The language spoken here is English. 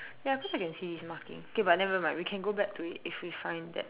ya cause I can see his marking K but nevermind we can go back to it if we find that